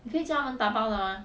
你可以叫他们打包的 mah